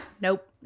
nope